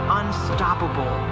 unstoppable